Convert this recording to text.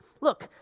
look